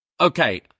okay